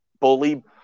bully